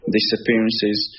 disappearances